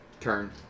Turn